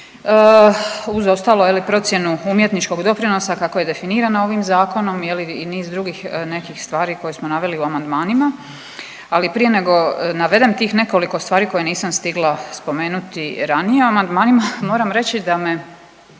Uz ostalo je li procjenu umjetničkog doprinosa kako je definirano ovim Zakonom, je li i niz drugih nekih stvari koje smo naveli u amandmanima, ali prije nego navedem tih nekoliko stvari koje nisam stigla spomenuti ranije u amandmanima, moram reći da me